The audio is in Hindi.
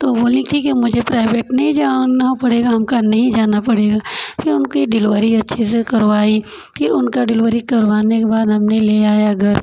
तो वो बोली ठीक है मुझे प्राइवेट नहीं जाना पड़ेगा हम कहे नहीं जाना पड़ेगा फिर उनकी डिलीवरी अच्छे से करवाई फिर उनका डिलीवरी करवाने के बाद हमने ले आया घर